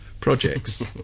projects